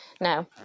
No